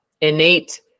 innate